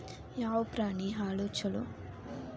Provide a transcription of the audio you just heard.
ಯಾವ ಪ್ರಾಣಿ ಹಾಲು ಛಲೋ?